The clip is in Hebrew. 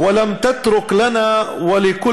ולא הותרת דבר לנו ולצאצאינו